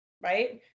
right